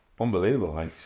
Unbelievable